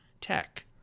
tech